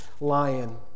lion